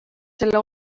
selle